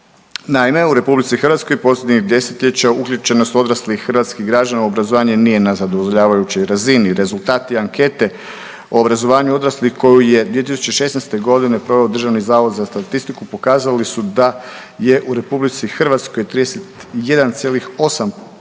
Naime, u RH posljednjih desetljeća uključenost odraslih hrvatskih građana u obrazovanje nije na zadovoljavajućoj razini. Rezultati ankete o obrazovanju odraslih koju je 2016. godine proveo Državni zavod za statistiku pokazali su da je u RH 31,8%